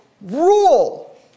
rule